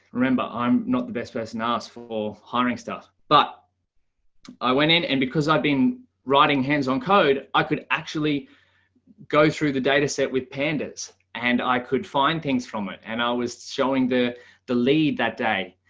remember, i'm not the best person to ask for hiring stuff. but i went in and because i'd been writing hands on code, i could actually go through the data set with pandas and i could find things from it and i was showing the the lead that day.